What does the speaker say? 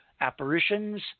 apparitions